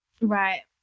Right